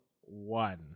one